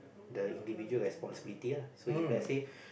the individual responsibility ah so let's say